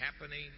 happening